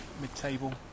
mid-table